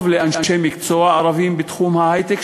טוב לאנשי מקצוע ערבים בתחום ההיי-טק,